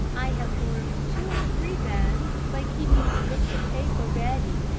i have formed two or three bands by keeping slips of paper ready,